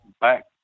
back